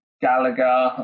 Gallagher